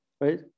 right